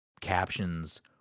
captions